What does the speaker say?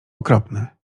okropne